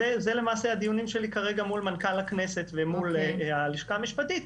זה למעשה הדיונים שלי כרגע מול מנכ"ל הכנסת והלשכה המשפטית,